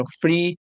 free